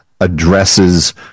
Addresses